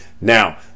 now